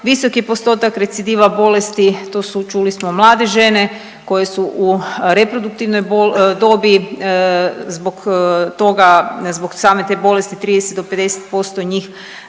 Visok je postotak recidiva bolesti, to su, čuli smo, mlade žene koje su u reproduktivnoj dobi, zbog toga, zbog same te bolesti 30 do 50% njih